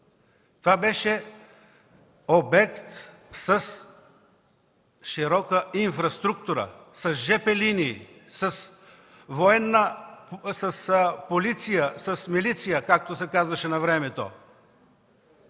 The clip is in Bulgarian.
Това беше обект с широка инфраструктура, с жп линии, с военни, с полиция, с милиция, както се казваше навремето.